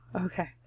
Okay